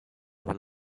when